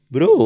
Bro